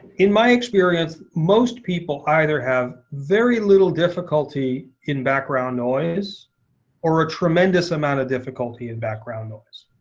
in my experience, most people either have very little difficulty in background noise or a tremendous amount of difficulty in background noise.